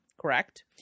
Correct